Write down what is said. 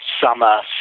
summer